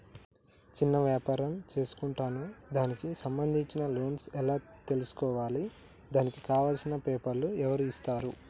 చిన్న వ్యాపారం చేసుకుంటాను దానికి సంబంధించిన లోన్స్ ఎలా తెలుసుకోవాలి దానికి కావాల్సిన పేపర్లు ఎవరిస్తారు?